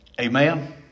amen